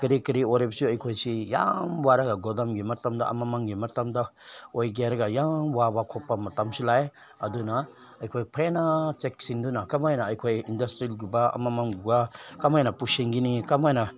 ꯀꯔꯤ ꯀꯔꯤ ꯑꯣꯏꯔꯕꯁꯨ ꯑꯩꯈꯣꯏꯁꯤ ꯌꯥꯝ ꯋꯥꯔꯒ ꯒꯣꯗꯥꯎꯟꯒꯤ ꯃꯇꯝꯗ ꯑꯃ ꯑꯃꯒꯤ ꯃꯇꯝꯗ ꯑꯣꯏꯒꯦ ꯍꯥꯥꯏꯔꯒ ꯌꯥꯝ ꯋꯥꯕ ꯈꯣꯠꯄ ꯃꯇꯝꯁꯨ ꯂꯥꯛꯑꯦ ꯑꯗꯨꯅ ꯑꯩꯈꯣꯏ ꯐꯖꯅ ꯆꯦꯛꯁꯤꯟꯗꯨꯅ ꯀꯃꯥꯏꯅ ꯑꯩꯈꯣꯏ ꯏꯟꯗꯁꯇ꯭ꯔꯤꯒꯨꯝꯕ ꯑꯃ ꯑꯃꯒꯨꯝꯕ ꯀꯃꯥꯏꯅ ꯄꯨꯁꯤꯟꯒꯅꯤ ꯀꯃꯥꯏꯅ